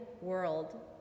world